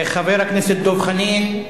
חבר הכנסת דב חנין,